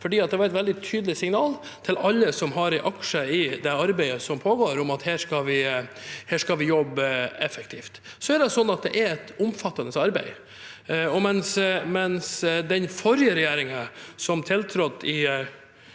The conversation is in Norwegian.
et veldig tydelig signal til alle som har en aksje i det arbeidet som pågår, om at her skal vi jobbe effektivt. Det et omfattende arbeid. Den forrige regjeringen, som tiltrådte i